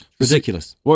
Ridiculous